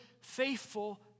faithful